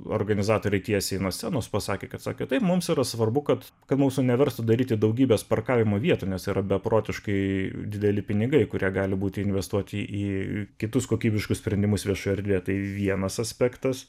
organizatoriai tiesiai nuo scenos pasakė kad sakė taip mums yra svarbu kad mūsų neverstų daryti daugybės parkavimo vietų nes yra beprotiškai dideli pinigai kurie gali būti investuoti į kitus kokybiškus sprendimus viešoje erdvėje tai vienas aspektas